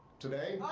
today,